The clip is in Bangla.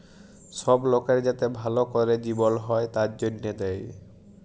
সব লকের যাতে ভাল ক্যরে জিবল হ্যয় তার জনহে দেয়